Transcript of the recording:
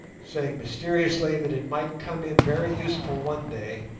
saying mysteriously that it might come in very useful one day.